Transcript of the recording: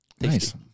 Nice